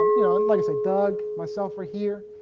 um you know and like i say, doug myself for here.